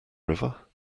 river